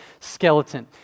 skeleton